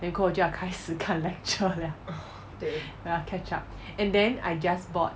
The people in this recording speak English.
then 过后就要开始看 lecture liao 我要 catch up and then I just bought